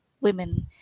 women